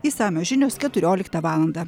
išsamios žinios keturioliktą valandą